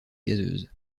gazeuse